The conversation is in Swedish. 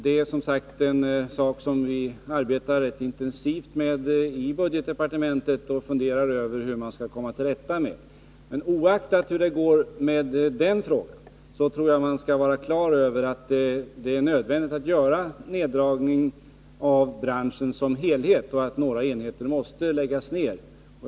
Det är som sagt en sak som vi i budgetdepartementet arbetar med rätt intensivt och funderar över hur man skall kunna komma till rätta med. Oavsett hur det går med den frågan tror jag man bör göra klart för sig att en neddragning i branschen som helhet är nödvändig och att några enheter måste läggas ned.